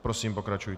Prosím, pokračujte.